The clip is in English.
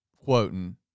quoting